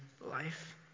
life